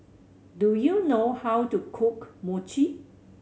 do you know how to cook Mochi